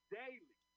daily